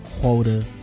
quota